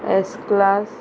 S class